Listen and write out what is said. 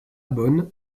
bonn